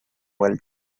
while